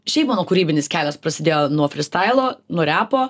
šiaip mano kūrybinis kelias prasidėjo nuo frystailo nuo repo